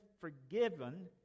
forgiven